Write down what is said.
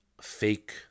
fake